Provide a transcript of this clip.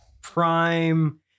Prime